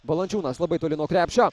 valančiūnas labai toli nuo krepšio